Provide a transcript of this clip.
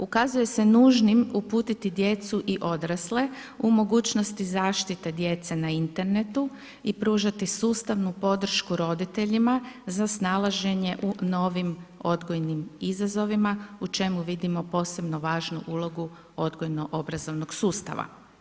Ukazuje se nužnim uputiti djecu i odrasle u mogućnosti zaštite djece na internetu i pružati sustavnu podršku roditeljima za snalaženje u novim odgojnim izazovima u čemu vidimo posebno važnu ulogu odgojno-obrazovnog sustava.